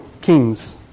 kings